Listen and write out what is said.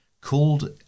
Called